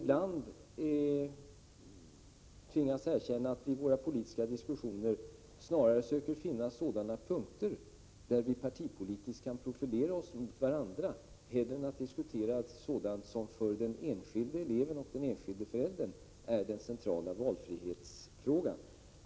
Jag tvingas erkänna att vi i våra politiska diskussioner på detta område ibland snarare söker finna sådana punkter där vi partipolitiskt kan profilera oss mot varandra än diskuterar den för den enskilde eleven och föräldern centrala valfrihetsfrågan.